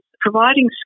providing